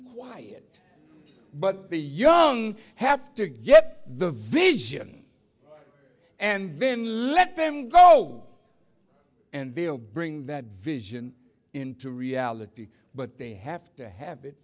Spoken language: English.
quiet but the young have to get the vision and then let them go and they'll bring that vision into reality but they have to have it